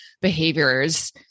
behaviors